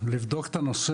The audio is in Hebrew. לבדוק את הנושא.